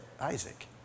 Isaac